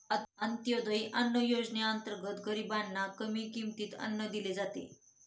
अंत्योदय अन्न योजनेअंतर्गत गरीबांना कमी किमतीत अन्न दिले जाते